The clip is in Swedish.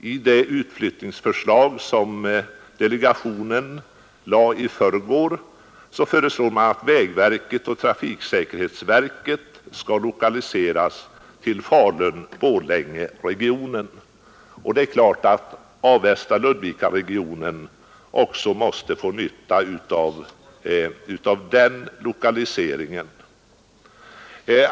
I det utflyttningsförslag som delegationen lade i förrgår föreslås att vägverket och trafiksäkerhetsverket skall lokaliseras till Falu-Borlängeregionen. Det är klart att Avestaoch Ludvikaregionerna också måste få nytta av den lokaliseringen.